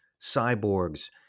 cyborgs